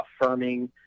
affirming